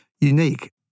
unique